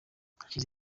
hashize